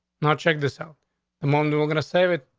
not check this out the moment we're gonna save it.